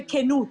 וכנות.